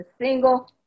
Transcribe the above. single